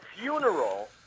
funeral